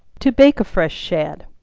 to bake a fresh shad.